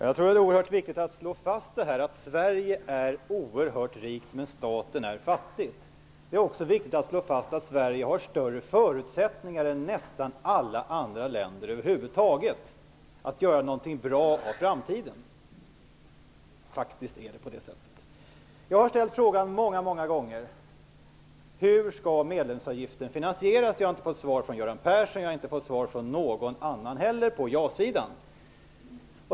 Herr talman! Det är viktigt att slå fast att Sverige är oerhört rikt men staten är fattig. Det är också viktigt att slå fast att Sverige har större förutsättningar än nästan alla andra länder att göra någonting bra i framtiden. Jag har många gånger ställt frågan: Hur skall medlemsavgiften finansieras? Jag har inte fått svar från Göran Persson och inte heller från någon annan på ja-sidan.